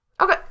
Okay